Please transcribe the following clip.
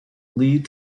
lead